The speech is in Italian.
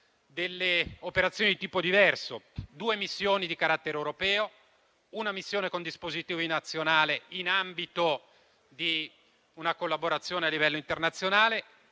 delle operazioni di tipo diverso: due missioni di carattere europeo, una missione con dispositivi nazionale nell'ambito di una collaborazione a livello internazionale